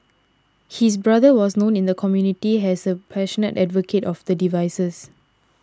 his brother was known in the community as a passionate advocate of the devices